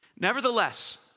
Nevertheless